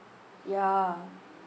ya